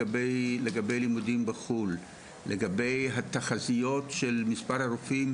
בלימודים בחו"ל ולגבי התחזיות של מספר הרופאים